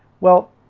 well,